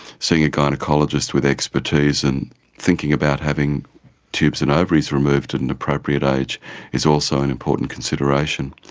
seeing a gynaecologist with expertise, and thinking about having tubes and ovaries removed at an appropriate age is also an important consideration.